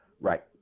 Right